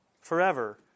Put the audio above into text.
Forever